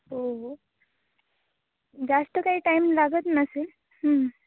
हो हो जास्त काही टाईम लागत नसेल